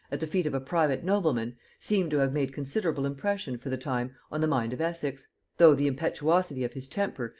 at the feet of a private nobleman, seem to have made considerable impression for the time on the mind of essex though the impetuosity of his temper,